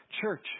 Church